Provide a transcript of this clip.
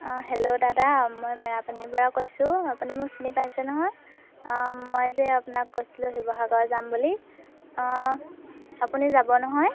অ' hello দাদা মই মেৰাপানীৰ পৰা কৈছোঁ আপুনি মোক চিনি পাইছে নহয় মই যে আপোনাক কৈছিলোঁ শিৱসাগৰ যাম বুলি আপুনি যাব নহয়